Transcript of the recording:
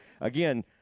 again